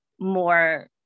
more